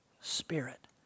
Spirit